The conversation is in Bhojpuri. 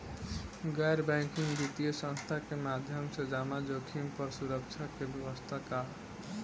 गैर बैंकिंग वित्तीय संस्था के माध्यम से जमा जोखिम पर सुरक्षा के का व्यवस्था ह?